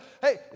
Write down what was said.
Hey